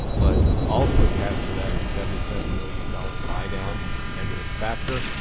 but also attached to that is seventy seven million dollars buy down negative factor.